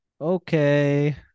Okay